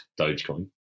Dogecoin